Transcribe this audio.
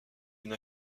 une